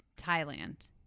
Thailand